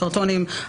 קרטונים,